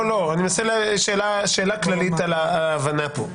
לא, שאלה כללית על ההבנה פה.